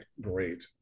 great